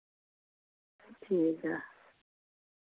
ठीक ऐ